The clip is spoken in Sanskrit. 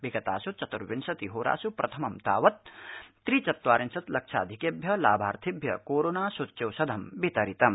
विगतास् चतुर्विंशति होरासु प्रथमं तावत् त्रिचत्वारिंशत् लक्षाधिकभ्ञि लाभार्थिभ्य कोरोनासूच्यौषधं वितरितम्